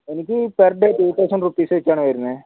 എനിക്ക് per day two thousand റുപ്പീസായിട്ടാണ് വരുന്നത്